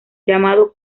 llamado